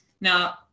Now